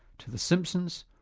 to the simpsons,